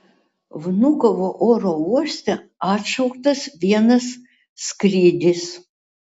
vnukovo oro uoste atšauktas vienas skrydis